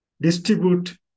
distribute